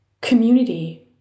community